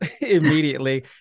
immediately